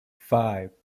five